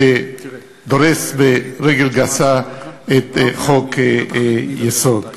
שדורס ברגל גסה חוק-יסוד.